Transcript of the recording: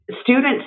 Students